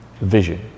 vision